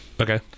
Okay